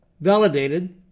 validated